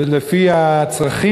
אלא לפי הצרכים,